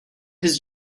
his